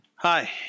Hi